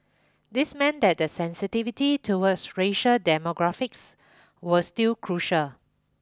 this meant that the sensitivity toward racial demographics was still crucial